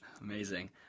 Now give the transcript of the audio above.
Amazing